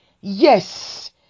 yes